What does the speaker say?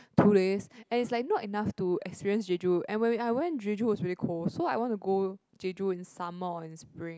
two days and it's like not enough to experience Jeju and when we we~ I went Jeju was very cold so I want to go Jeju in summer or in spring